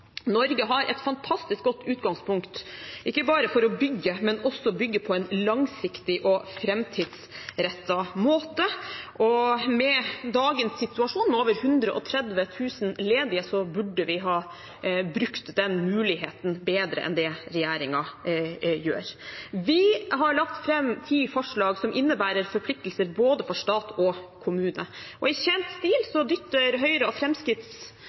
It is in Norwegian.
Norge har et fantastisk godt utgangspunkt, ikke bare for å bygge, men også for å bygge på en langsiktig og framtidsrettet måte, og med dagens situasjon, med over 130 000 ledige, burde vi ha brukt den muligheten bedre enn det regjeringen gjør. Vi har lagt fram ti forslag som innebærer forpliktelser for både stat og kommune. I kjent stil dytter Høyre og